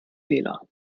fehler